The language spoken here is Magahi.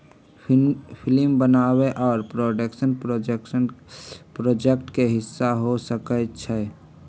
फिल्म बनाबे आ प्रोडक्शन प्रोजेक्ट के हिस्सा हो सकइ छइ